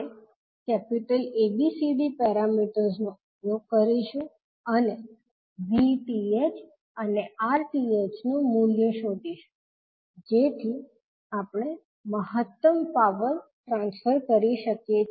આપણે ABCD પેરામીટર્સનો ઉપયોગ કરીશું અને 𝑉𝑇ℎ અને 𝑅𝑇ℎ નું મૂલ્ય શોધીશું જેથી આપણે મહત્તમ પાવર ટ્રાન્સફર કરી શકીએ